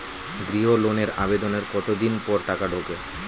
গৃহ লোনের আবেদনের কতদিন পর টাকা ঢোকে?